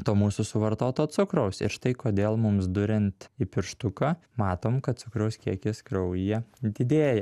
to mūsų suvartoto cukraus ir štai kodėl mums duriant į pirštuką matom kad cukraus kiekis kraujyje didėja